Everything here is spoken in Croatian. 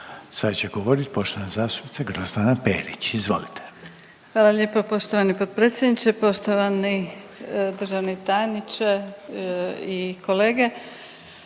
Sad će govoriti poštovana zastupnica Grozdana Perić. **Perić, Grozdana (HDZ)** Hvala lijepo poštovani potpredsjedniče, poštovani državni tajniče i kolege.